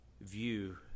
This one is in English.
view